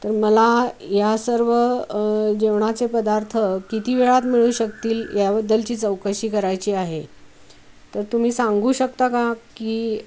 तर मला या सर्व जेवणाचे पदार्थ किती वेळात मिळू शकतील याबद्दलची चौकशी करायची आहे तर तुम्ही सांगू शकता का की